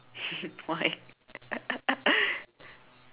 why